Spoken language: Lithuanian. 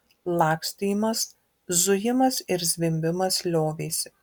lakstymas zujimas ir zvimbimas liovėsi